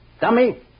Dummy